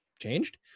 changed